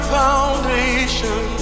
foundation